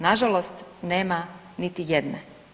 Nažalost nema niti jedne.